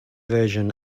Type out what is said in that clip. version